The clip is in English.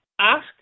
ask